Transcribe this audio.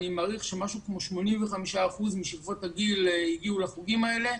אני מעריך שמשהו כמו 85% משכבות הגיל הגיעו לחוגים האלה.